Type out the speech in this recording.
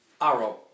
Arrow